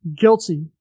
guilty